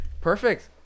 Perfect